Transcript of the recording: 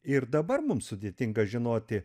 ir dabar mums sudėtinga žinoti